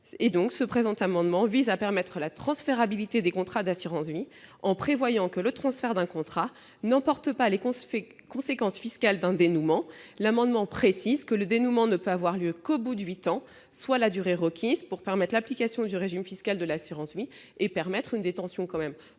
». Cet amendement vise à permettre la transférabilité des contrats d'assurance vie, en prévoyant que le transfert d'un contrat n'emporte pas les conséquences fiscales d'un dénouement. Il est précisé que le dénouement ne peut avoir lieu qu'au bout de huit ans, soit la durée requise pour l'application du régime fiscal de l'assurance vie, afin de permettre une détention relativement